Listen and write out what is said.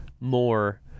more